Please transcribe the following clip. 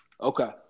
Okay